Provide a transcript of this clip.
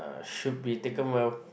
should be taken well